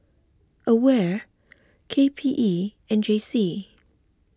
Aware K P E and J C